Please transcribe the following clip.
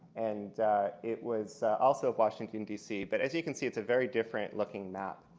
and it was also washington, d c. but as you can see, it's a very different-looking map.